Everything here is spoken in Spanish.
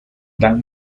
dan